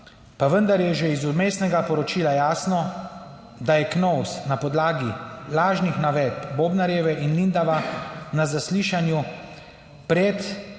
pa vendar je že iz vmesnega poročila jasno, da je KNOVS na podlagi lažnih navedb Bobnarjeve in Lindava na zaslišanju pred